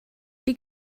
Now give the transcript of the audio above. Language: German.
die